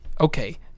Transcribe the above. okay